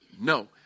no